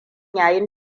yayin